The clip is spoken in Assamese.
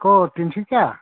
ক'ত তিনিচুকীয়া